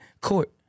court